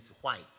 white